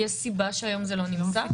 יש סיבה שהיום זה לא נמסר?